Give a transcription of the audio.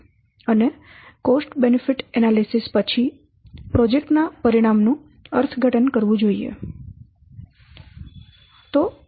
અને cost benefit analysis પછી project ના પરિણામ નું અર્થઘટન કરવું જોઈએ